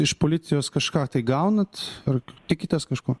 iš policijos kažką tai gaunat ar tikitės kažko